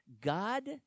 God